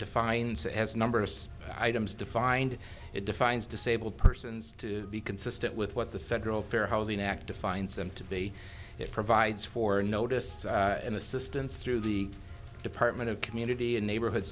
defined as numbers items defined it defines disabled persons to be consistent with what the federal fair housing act defines them to be it provides for a notice in assistance through the department of community and neighborhood